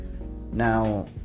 now